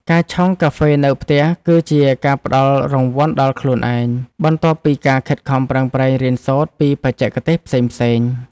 ការឆុងកាហ្វេនៅផ្ទះ គឺជាការផ្ដល់រង្វាន់ដល់ខ្លួនឯង បន្ទាប់ពីការខិតខំប្រឹងប្រែងរៀនសូត្រពីបច្ចេកទេសផ្សេងៗ។